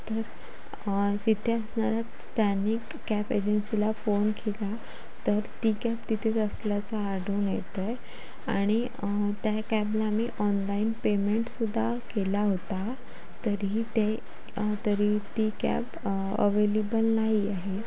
तर तीथे असणाऱ्या स्थानिक कॅब एजेंसीला फोन केला तर ती कॅब तिथेच असल्याचं आढळून येतं आहे आणि त्या कॅबला आम्ही ऑनलाईन पेमेंट सुद्धा केला होता तरीही ते तरीही ती कॅब अवेलेबल नाही आहे